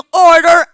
order